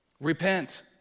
Repent